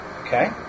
Okay